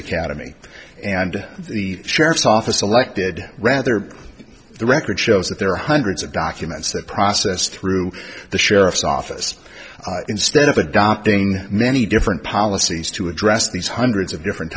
academy and the sheriff's office selected rather the record shows that there are hundreds of documents that process through the sheriff's office instead of adopting many different policies to address these hundreds of different